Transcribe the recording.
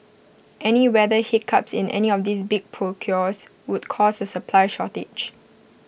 any weather hiccups in any of these big procures would cause A supply shortage